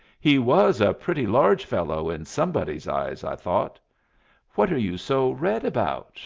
he was a pretty large fellow in somebody's eyes, i thought what are you so red about?